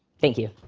thank you.